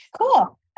Cool